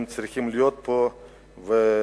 הם צריכים להיות פה ולהקשיב.